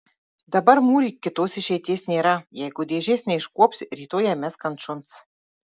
dabar mūryk kitos išeities nėra jeigu dėžės neiškuopsi rytoj ją mesk ant šuns